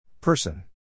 person